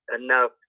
enough